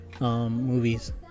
movies